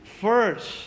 first